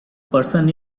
person